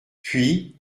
puis